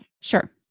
Sure